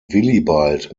willibald